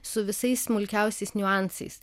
su visais smulkiausiais niuansais